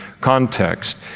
context